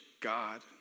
God